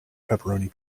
pepperoni